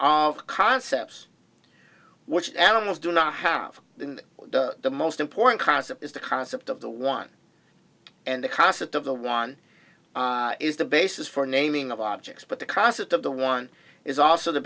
of concepts which animals do not have the most important concept is the concept of the one and the concept of the one is the basis for naming of objects but the concept of the one is also the